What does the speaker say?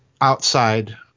outside